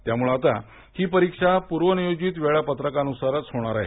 त्यामुळे आता ही परीक्षा पूर्वनियोजित वेळापत्रकानुसारच होणार आहे